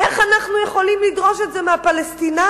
איך אנחנו יכולים לדרוש את זה מהפלסטינים?